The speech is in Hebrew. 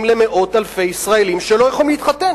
למאות אלפי ישראלים שלא יכולים להתחתן,